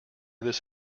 this